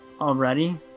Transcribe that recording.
already